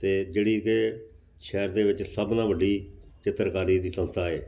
ਅਤੇ ਜਿਹੜੀ ਕਿ ਸ਼ਹਿਰ ਦੇ ਵਿੱਚ ਸਭ ਨਾਲੋਂ ਵੱਡੀ ਚਿੱਤਰਕਾਰੀ ਦੀ ਸੰਸਥਾ ਹੈ